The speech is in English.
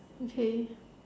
okay